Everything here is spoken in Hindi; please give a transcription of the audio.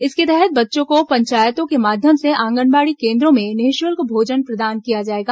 इसके तहत बच्चों को पंचायतों के माध्यम से आंगनबाड़ी केन्द्रों में निःशुल्क भोजन प्रदान किया जाएगा